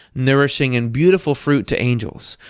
nourishing, and beautiful fruit to angels,